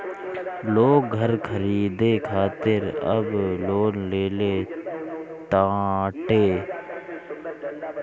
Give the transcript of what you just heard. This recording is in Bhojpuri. लोग घर खरीदे खातिर अब लोन लेले ताटे